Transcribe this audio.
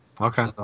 Okay